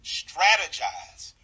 strategize